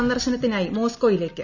സന്ദർശനത്തിനായി മോസ്കോയിലേക്ക്